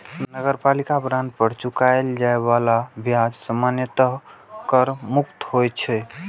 नगरपालिका बांड पर चुकाएल जाए बला ब्याज सामान्यतः कर मुक्त होइ छै